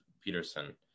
Peterson